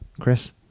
Chris